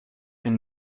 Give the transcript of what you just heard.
een